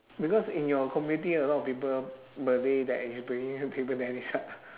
because in your community a lot of people malay that is playing table tennis ah